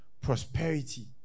Prosperity